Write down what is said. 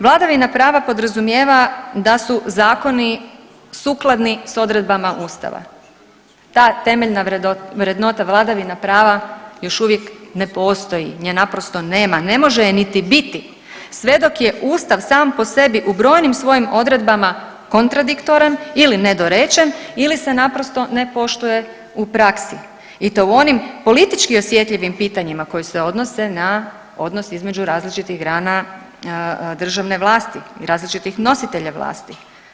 Vladavina prava podrazumijeva da su zakoni sukladni s odredbama ustava, ta temeljna vrednota vladavina prava još uvijek ne postoji, nje naprosto nema, ne može je niti biti sve dok je ustav sam po sebi u brojnim svojim odredbama kontradiktoran ili nedorečen ili se naprosto ne poštuje u praksi i to u onim politički osjetljivim pitanjima koji se odnose na odnos između različitih grana državne vlasti i različitih nositelja vlasti.